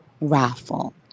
raffle